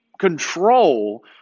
control